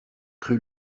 cru